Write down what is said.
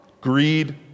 Greed